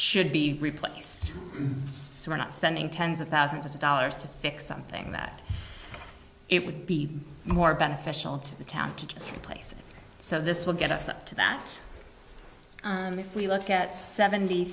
should be replaced so we're not spending tens of thousands of dollars to fix something that it would be more beneficial to the town to just replace it so this will get us up to that and if we look at seventy